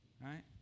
right